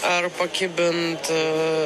ar pakibint